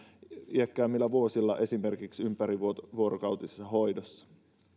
iäkkäämmillä vuosilla esimerkiksi ympärivuorokautisessa hoidossa